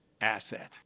asset